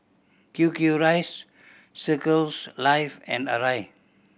Q Q Rice Circles Life and Arai